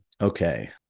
Okay